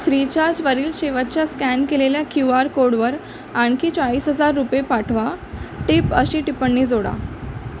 फ्रीचार्जवरील शेवटच्या स्कॅन केलेल्या Q R कोडवर आणखी चाळीस हजार रुपये पाठवा टिप अशी टिप्पणी जोडा